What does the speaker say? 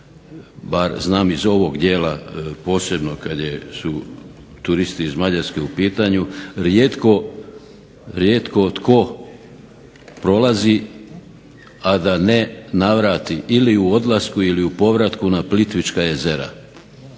bar znam iz ovog dijela posebno kada su turisti iz Mađarske u pitanju, rijetko tko prolazi a da ne navrati ili u odlasku ili u povratku na Plitvička jezera.